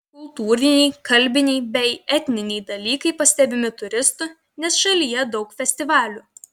kultūriniai kalbiniai bei etniniai dalykai pastebimi turistų nes šalyje daug festivalių